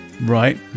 Right